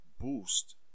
boost